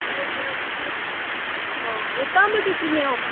ए अँ कहाँबाट किन्यो